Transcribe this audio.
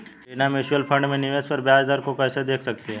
Reena mutual fund में निवेश पर ब्याज दर को कैसे देख सकेगी?